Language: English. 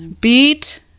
Beat